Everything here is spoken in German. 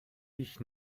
dich